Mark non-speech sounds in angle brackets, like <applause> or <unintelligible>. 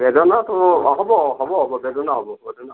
বেদনাটো অঁ হ'ব হ'ব বেদনা হ'ব বেদনা হ'ব <unintelligible>